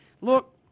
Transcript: look